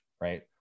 right